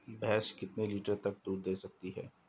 भैंस कितने लीटर तक दूध दे सकती है?